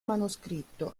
manoscritto